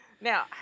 now